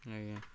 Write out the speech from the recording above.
ଆଜ୍ଞା